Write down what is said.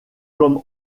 comme